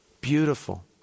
Beautiful